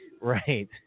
Right